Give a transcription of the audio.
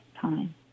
time